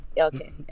Okay